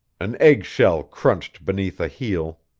an egg-shell crunched beneath a heel.